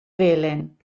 felyn